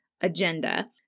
agenda